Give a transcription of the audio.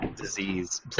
disease